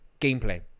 gameplay